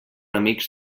amics